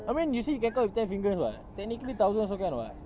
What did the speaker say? I mean you say you can count with ten fingers [what] technically thousand also can [what]